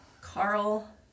carl